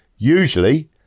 Usually